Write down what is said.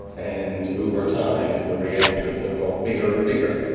and over time the reactors have got bigger and bigger.